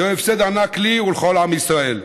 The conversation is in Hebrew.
זהו הפסד ענק לי ולכל עם ישראל.